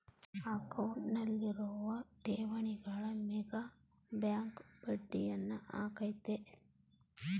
ಅಕೌಂಟ್ನಲ್ಲಿರುವ ಠೇವಣಿಗಳ ಮೇಗ ಬ್ಯಾಂಕ್ ಬಡ್ಡಿಯನ್ನ ಹಾಕ್ಕತೆ